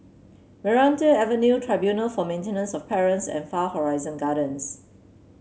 Meranti Avenue Tribunal for Maintenance of Parents and Far Horizon Gardens